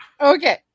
Okay